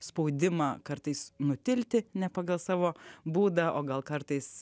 spaudimą kartais nutilti ne pagal savo būdą o gal kartais